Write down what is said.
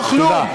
תודה.